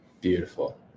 beautiful